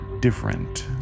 different